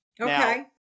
Okay